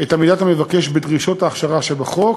את עמידת המבקש בדרישות ההכשרה שבחוק,